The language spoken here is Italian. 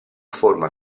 forma